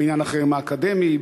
בעניין החרם האקדמי,